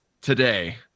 today